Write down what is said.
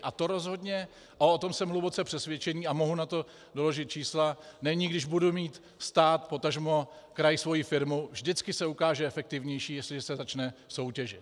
A to rozhodně, a o tom jsem hluboce přesvědčený a mohu k tomu doložit čísla, není, když bude mít stát, potažmo kraj svoji firmu, vždycky se ukáže efektivnější, jestliže se začne soutěžit.